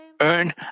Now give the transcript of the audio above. earn